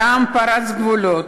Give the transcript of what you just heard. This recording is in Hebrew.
זעם פורץ גבולות.